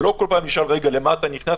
ולא כל פעם ישאל: למה אתה נכנס?